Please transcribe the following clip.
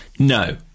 No